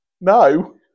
No